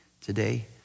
today